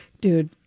Dude